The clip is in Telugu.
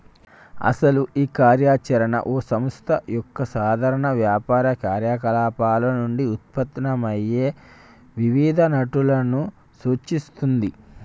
అసలు ఈ కార్య చరణ ఓ సంస్థ యొక్క సాధారణ వ్యాపార కార్యకలాపాలు నుండి ఉత్పన్నమయ్యే వివిధ నట్టులను సూచిస్తుంది